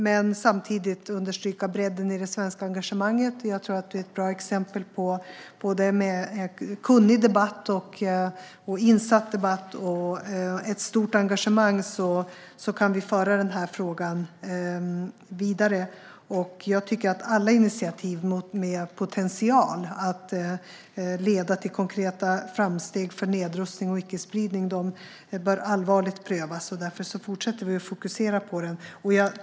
Jag vill även understryka bredden i det svenska engagemanget. Med en kunnig och insatt debatt och med ett stort engagemang kan vi föra frågan vidare. Jag tycker att alla initiativ med potential att leda till konkreta framsteg för nedrustning och icke-spridning bör prövas allvarligt, och därför fortsätter vi att fokusera på detta.